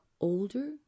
older